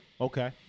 Okay